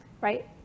Right